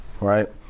right